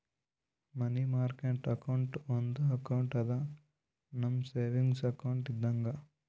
ಮನಿ market account ಒಂದು account ಅದಾ, ನಮ್ ಸೇವಿಂಗ್ಸ್ ಅಕೌಂಟ್ ಇದ್ದಂಗ